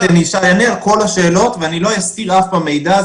אני אענה על כל השאלות ואני לא אסתיר אף פעם מידע.